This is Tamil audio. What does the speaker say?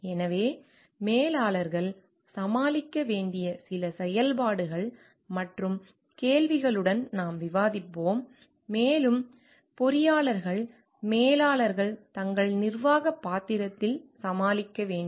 எனவே மேலாளர்கள் சமாளிக்க வேண்டிய சில செயல்பாடுகள் மற்றும் கேள்விகளுடன் நாம் விவாதிப்போம் மேலும் பொறியாளர்கள் மேலாளர்கள் தங்கள் நிர்வாகப் பாத்திரத்தில் சமாளிக்க வேண்டும்